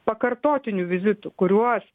pakartotinių vizitų kuriuos